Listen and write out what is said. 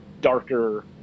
darker